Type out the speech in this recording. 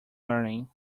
learning